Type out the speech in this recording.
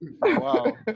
Wow